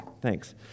Thanks